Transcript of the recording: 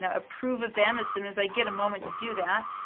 ah approve of them as soon as i get a moment to do that.